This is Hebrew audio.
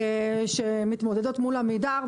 שמתמודדות מול עמידר.